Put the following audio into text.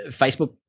Facebook